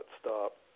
stop